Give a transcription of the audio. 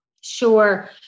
Sure